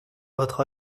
votre